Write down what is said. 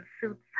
suits